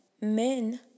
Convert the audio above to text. men